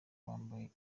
wambaye